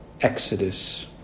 exodus